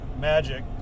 magic